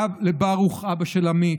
לברוך, אבא של עמית,